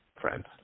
friends